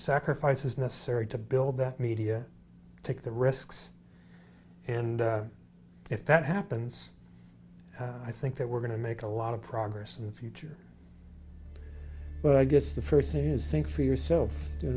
sacrifices necessary to build that media to take the risks and if that happens i think that we're going to make a lot of progress in the future well i guess the first thing is think for yourself you